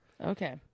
Okay